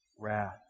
wrath